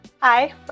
Hi